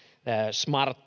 smart